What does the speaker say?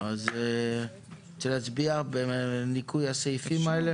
נצביע בניכוי הסעיפים האלה?